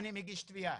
אני מגיש תביעה,